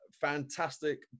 fantastic